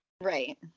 Right